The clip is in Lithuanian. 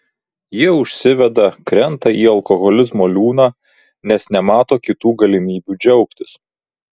jie užsiveda krenta į alkoholizmo liūną nes nemato kitų galimybių džiaugtis